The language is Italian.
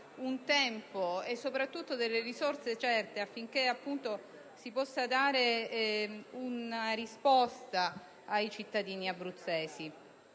un tempo e soprattutto risorse certe affinché si possano dare risposte ai cittadini abruzzesi.